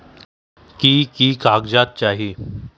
की की कागज़ात चाही?